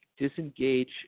disengage